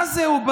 מה זה?